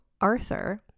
Arthur